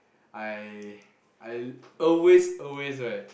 I I always always right